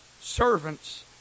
servants